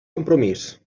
compromís